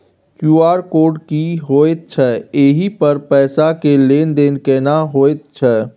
QR code की होयत छै एहि पर पैसा के लेन देन केना होयत छै?